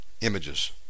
images